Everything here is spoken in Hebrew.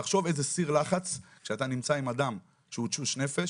תחשוב איזה סיר לחץ כשאתה נמצא עם אדם שהוא תשוש נפש.